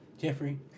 Jeffrey